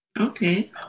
Okay